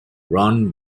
run